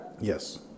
Yes